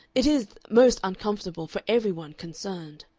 it is most uncomfortable for every one concerned.